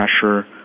pressure